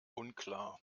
unklar